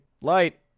Light